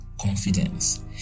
confidence